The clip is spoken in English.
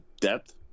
depth